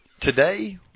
today